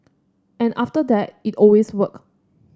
and after that it always worked